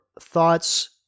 thoughts